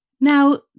Now